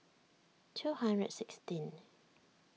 two hundred and sixteenth